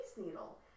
needle